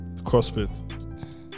crossfit